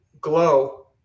glow